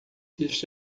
este